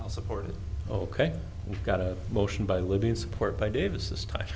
ill support it ok we've got a motion by libyan support by davis this time